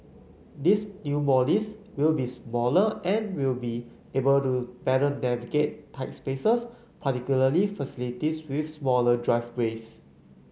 these new Mollies will be smaller and will be able to better navigate tight spaces particularly facilities with smaller driveways